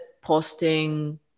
posting